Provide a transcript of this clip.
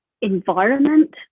environment